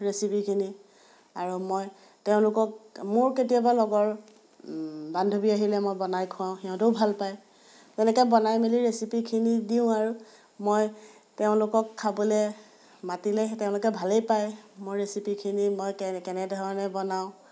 ৰেচিপিখিনি আৰু মই তেওঁলোকক মোৰ কেতিয়াবা লগৰ বান্ধৱী আহিলে মই বনাই খোৱাওঁ সিহঁতেও ভাল পায় তেনেকৈ বনাই মেলি ৰেচিপিখিনি দিওঁ আৰু মই তেওঁলোকক খাবলৈ মাতিলে তেওঁলোকে ভালেই পায় মোৰ ৰেচিপিখিনি মই কে কেনেধৰণে বনাওঁ